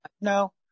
no